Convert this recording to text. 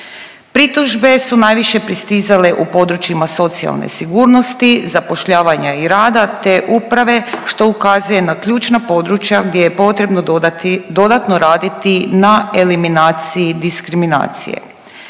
Pritužbe su najviše pristizale u područjima socijalne sigurnosti, zapošljavanja i rada, te uprave, što ukazuje na ključna područja gdje je potrebno dodati, dodatno raditi na eliminaciji diskriminacije.